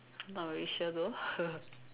not really sure though